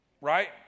right